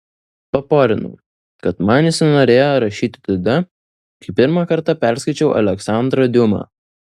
paporinau kad man įsinorėjo rašyti tada kai pirmą kartą perskaičiau aleksandrą diuma